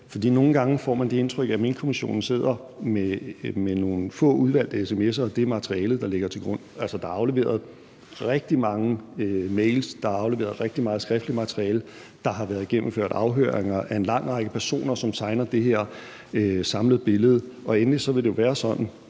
for nogle gange får man det indtryk, at Minkkommissionen sidder med nogle få udvalgte sms'er, og at det er det materiale, der ligger til grund. Altså, der er afleveret rigtig mange e-mails, der er afleveret rigtig meget skriftligt materiale, der har været gennemført afhøringer af en lang række personer, som tegner det her samlede billede. Og endelig vil det jo være sådan,